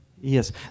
Yes